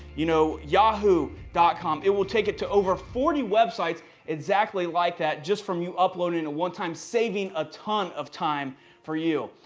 you know, yahoo dot com. it will take it to over forty website exactly like that just from uploading and a one-time saving a ton of time for you.